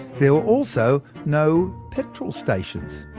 there were also no petrol stations.